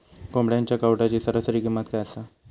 कोंबड्यांच्या कावटाची सरासरी किंमत काय असा?